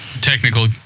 technical